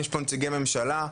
יש פה נציגי ממשלה,